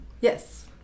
Yes